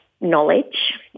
knowledge